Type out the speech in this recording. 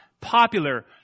popular